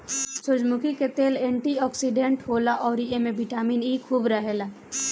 सूरजमुखी के तेल एंटी ओक्सिडेंट होला अउरी एमे बिटामिन इ खूब रहेला